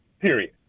Period